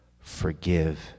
forgive